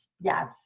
Yes